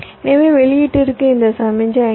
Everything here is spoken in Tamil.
எனவே வெளியீட்டில் இந்த சமிக்ஞை 5